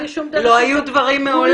אין לי שום דרך ----- לא היו דברים מעולם.